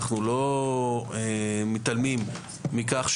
אנחנו לא מתעלמים מכך,